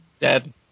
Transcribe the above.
Dead